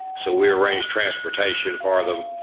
so we arrange transportation for them.